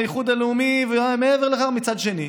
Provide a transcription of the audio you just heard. והאיחוד הלאומי ומעבר לכך מצד שני,